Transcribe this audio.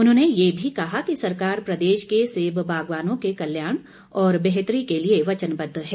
उन्होंने ये भी कहा कि सरकार प्रदेश के सेब बागवानों के कल्याण और बेहतरी के लिए वचनबद्व है